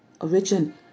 origin